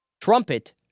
trumpet